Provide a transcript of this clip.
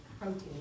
protein